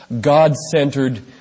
God-centered